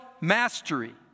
mastery